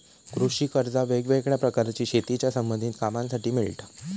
कृषि कर्जा वेगवेगळ्या प्रकारची शेतीच्या संबधित कामांसाठी मिळता